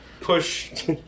push